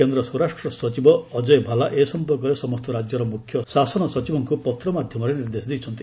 କେନ୍ଦ୍ର ସ୍ୱରାଷ୍ଟ୍ର ସଚିବ ଅଜୟ ଭାଲା ଏ ସଂପର୍କରେ ସମସ୍ତ ରାକ୍ୟର ମୁଖ୍ୟଶାସନ ସଚିବଙ୍କୁ ପତ୍ର ମାଧ୍ୟମରେ ନିର୍ଦ୍ଦେଶ ଦେଇଛନ୍ତି